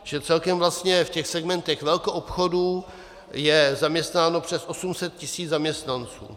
Čili celkem vlastně v těch segmentech velkoobchodů je zaměstnáno přes 800 tisíc zaměstnanců.